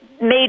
made